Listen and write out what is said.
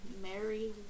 Mary